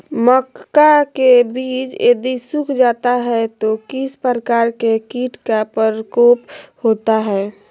मक्का के बिज यदि सुख जाता है तो किस प्रकार के कीट का प्रकोप होता है?